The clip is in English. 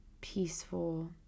peaceful